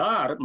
Dar